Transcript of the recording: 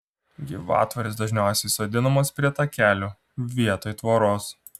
gyvatvorės dažniausiai sodinamos prie takelių vietoj tvoros